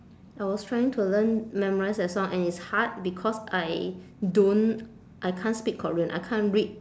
I was trying to learn memorise that song and it's hard because I don't I can't speak korean I can't read